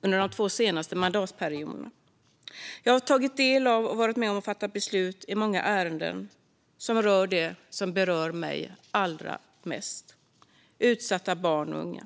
under de två senaste mandatperioderna. Jag har tagit del av och varit med och fattat beslut i många ärenden som rör det som berör mig allra mest: utsatta barn och unga.